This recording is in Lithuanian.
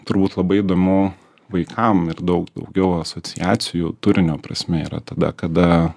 turbūt labai įdomu vaikam ir daug daugiau asociacijų turinio prasme yra tada kada